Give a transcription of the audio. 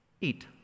eat